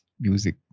music